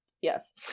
Yes